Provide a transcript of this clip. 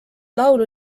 laulu